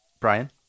Brian